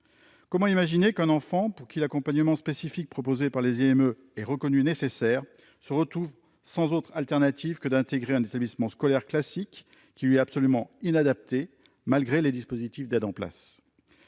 Comment imaginer qu'un enfant, pour qui l'accompagnement spécifique proposé par les IME est reconnu nécessaire, se retrouve sans autre alternative que d'intégrer un établissement scolaire classique qui lui est absolument inadapté, malgré les dispositifs d'aide en place ?